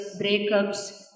breakups